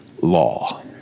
Law